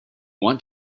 want